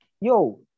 yo